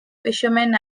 fishermen